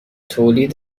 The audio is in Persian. تولید